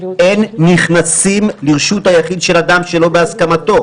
אין נכנסים לרשות היחיד של אדם שלא בהסכמתו.